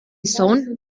sohn